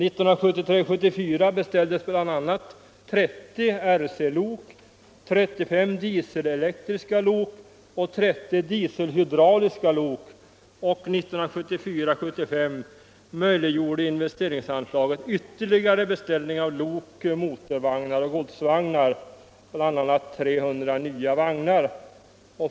1973 75 möjliggjorde investeringsanslaget ytterligare beställningar av lok, motorvagnar och godsvagnar, bl.a. 300 nya vagnar.